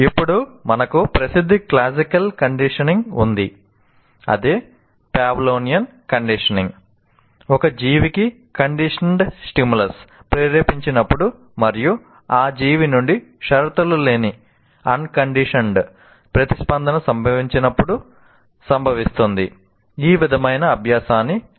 ఇప్పుడు మనకు ప్రసిద్ధ క్లాసికల్ కండిషనింగ్ ఉంది ' అంటారు